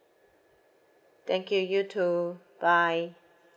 thank you you too bye